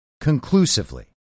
conclusively